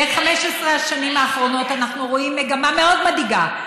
ב-15 השנים האחרונות אנחנו רואים מגמה מאוד מדאיגה,